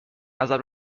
نظر